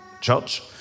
church